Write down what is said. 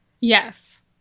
Yes